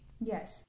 Yes